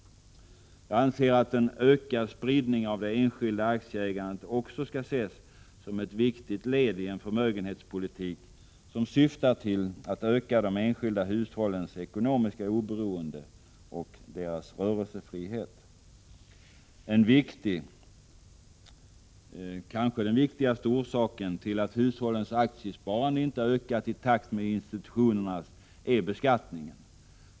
Jag anser att en ökad spridning av det enskilda aktieägandet också skall ses som ett viktigt led i en förmögenhetspolitik som syftar till att öka de enskilda hushållens ekonomiska oberoende och deras rörelsefrihet. En viktig — kanske den viktigaste — orsaken till att hushållens aktiesparande inte har ökat i takt med institutionernas är beskattnigen.